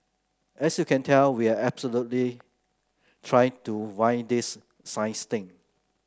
as you can tell we are absolutely trying to wing this science thing